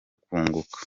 kunguka